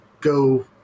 go